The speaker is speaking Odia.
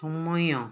ସମୟ